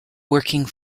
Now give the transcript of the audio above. working